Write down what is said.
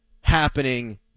happening